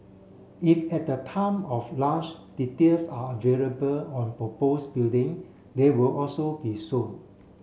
if at the time of lunch details are available on propose building they will also be shown